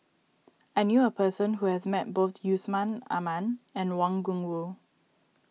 I knew a person who has met both Yusman Aman and Wang Gungwu